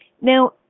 Now